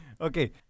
Okay